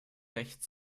recht